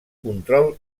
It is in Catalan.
control